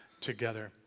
together